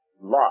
Lot